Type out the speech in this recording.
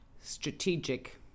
strategic